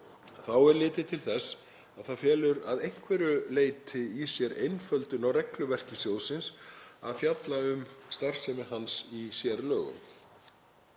Þá er litið til þess að það felur að einhverju leyti í sér einföldun á regluverki sjóðsins að fjalla um starfsemi jöfnunarsjóðs í sérlögum.